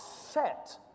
set